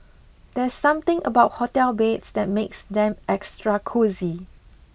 there's something about hotel beds that makes them extra cosy